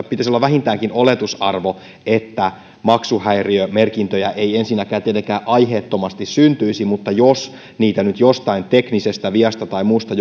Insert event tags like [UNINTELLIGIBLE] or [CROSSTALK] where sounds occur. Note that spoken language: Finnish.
[UNINTELLIGIBLE] pitäisi olla vähintäänkin oletusarvo että maksuhäiriömerkintöjä ei ensinnäkään tietenkään aiheettomasti syntyisi mutta jos niitä nyt jostain teknisestä viasta tai muusta [UNINTELLIGIBLE]